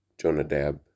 Jonadab